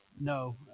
no